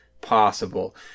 possible